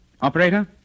Operator